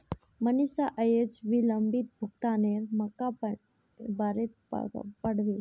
मनीषा अयेज विलंबित भुगतानेर मनाक्केर बारेत पढ़बे